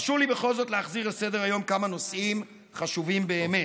הרשו לי בכל זאת להחזיר לסדר-היום כמה נושאים חשובים באמת.